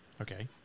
Okay